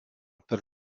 per